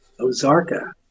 Ozarka